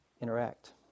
interact